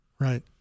Right